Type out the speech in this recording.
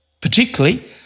Particularly